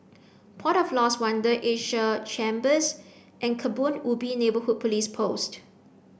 port of Lost Wonder Asia Chambers and Kebun Ubi Neighbourhood Police Post